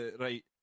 right